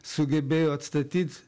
sugebėjo atstatyt